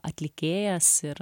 atlikėjas ir